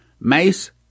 Mace